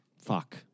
Fuck